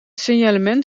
signalement